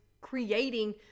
creating